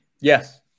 Yes